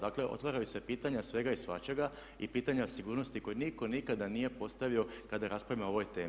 Dakle, otvaraju se pitanja svega i svačega i pitanja sigurnosti koja nitko nikada nije postavio kada raspravljamo o ovoj temi.